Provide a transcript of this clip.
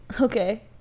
Okay